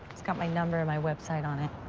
it's got my number and my web site on it.